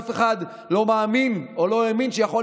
שאף אחד לא מאמין או לא האמין שיכולה